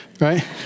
right